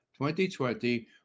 2020